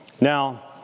now